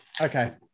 okay